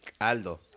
Aldo